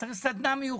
זו שפה מיוחדת.